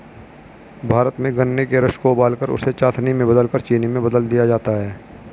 भारत में गन्ने के रस को उबालकर उसे चासनी में बदलकर चीनी में बदल दिया जाता है